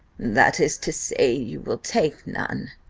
that is to say, you will take none,